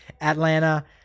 Atlanta